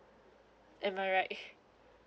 am I right